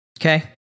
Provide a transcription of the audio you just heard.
Okay